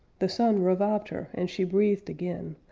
the sun revived her and she breathed again,